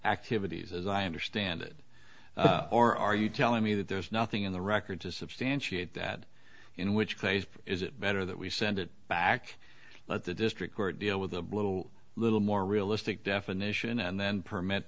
activities as i understand it or are you telling me that there's nothing in the record to substantiate that in which case is it better that we send it back let the district court deal with the little more realistic definition and then permit